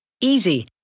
Easy